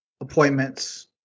appointments